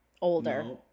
Older